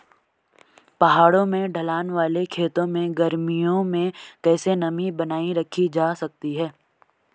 पहाड़ों में ढलान वाले खेतों में गर्मियों में कैसे नमी बनायी रखी जा सकती है?